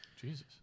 Jesus